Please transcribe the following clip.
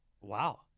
Wow